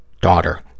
daughter